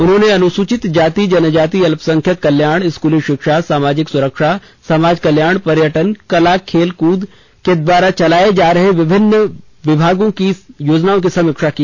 उन्होंने अनुसूचित जाति जनजाति अल्पसंख्यक कल्याण स्कूली शिक्षा सामाजिक सुरक्षा समाज कल्याण पर्यटन कला खेलकूद विभाग के द्वारा चलाये जा रहे विभिन्न विभिन्न योजनाओं की समीक्षा की